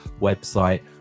website